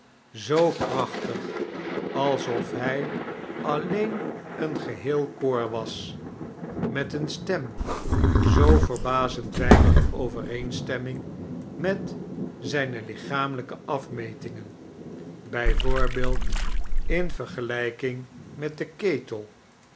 zoo krachtdg alsofhij alleen een geheel koor was met eene stem zoo verbazend wednig in overeenstemming met zijne lichamelijke afmetigen b v in vergelijking met den ketel